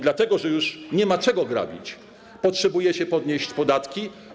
Dlatego że już nie ma czego grabić, potrzebujecie podnieść podatki.